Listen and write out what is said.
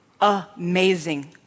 Amazing